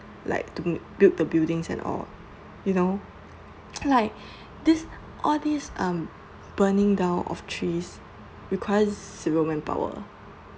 like to build the buildings and all you know like this all these um burning down of trees requires severe manpower wh~